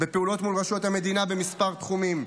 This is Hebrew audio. בפעולות מול רשויות המדינה בכמה תחומים,